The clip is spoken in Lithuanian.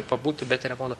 pabūti be telefono